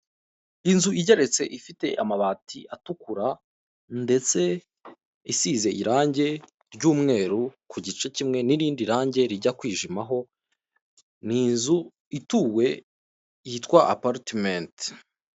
Inzu igeretse ifite amabati atukura ndetse isize irange ry'umweru ku gice kimwe n'irindi range rijya kwijimaho, ni inzu ituwe yitwa aparitimenti.